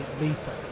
lethal